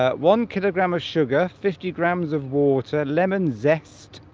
ah one kilogram of sugar fifty grams of water lemon zest